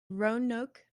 roanoke